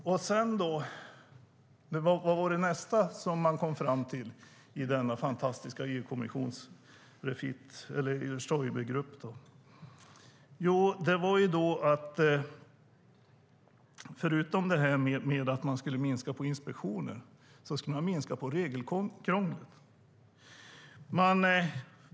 Vad var nästa sak som man kom fram till i denna fantastiska Stoibergrupp? Jo, förutom att man skulle minska på inspektionerna skulle man minska på regelkrånglet.